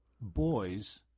boys